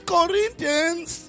Corinthians